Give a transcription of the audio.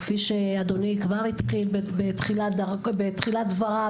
כפי שאדוני כבר התחיל בתחילת דבריו,